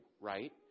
right